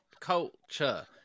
culture